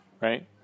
right